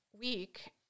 week